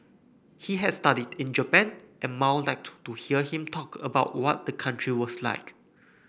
he had studied in Japan and Mao liked to to hear him talk about what the country was like